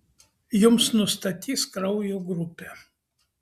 jums nustatys kraujo grupę